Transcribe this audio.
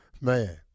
man